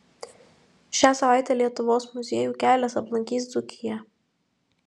šią savaitę lietuvos muziejų kelias aplankys dzūkiją